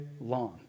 long